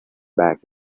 back